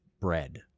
bread